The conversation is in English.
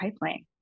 Pipeline